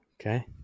okay